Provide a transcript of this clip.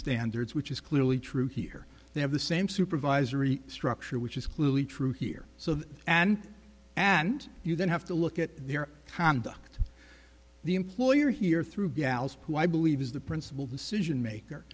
standards which is clearly true here they have the same supervisory structure which is clearly true here so that and and you then have to look at their conduct the employer here through gals who i believe is the principle decision maker